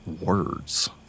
words